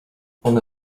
one